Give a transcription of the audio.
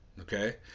okay